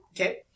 Okay